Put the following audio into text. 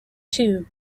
two